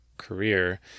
career